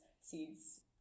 seeds